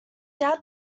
doubt